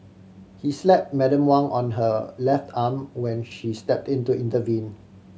he slap Madam Wang on her left arm when she stepped in to intervene